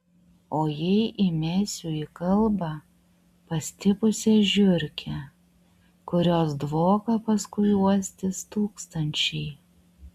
o jei įmesiu į kalbą pastipusią žiurkę kurios dvoką paskui uostys tūkstančiai